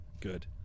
Good